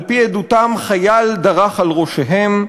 על-פי עדותם, חייל דרך על ראשיהם,